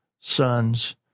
sons